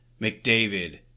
McDavid